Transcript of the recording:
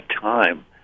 time